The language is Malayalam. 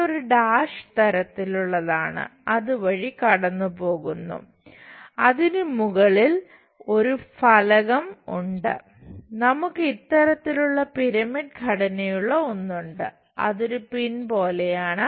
ഇത് ഒരു ഡാഷ് തരത്തിലുള്ളതാണ് അതുവഴി കടന്നുപോകുന്നു അതിനു മുകളിൽ ഒരു ഫലകം ഉണ്ട് നമുക്ക് ഇത്തരത്തിലുള്ള പിരമിഡ് ഘടനയുള്ള ഒന്നുണ്ട് അതൊരു പിൻ പോലെയാണ്